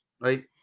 right